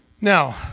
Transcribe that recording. Now